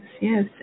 yes